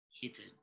hidden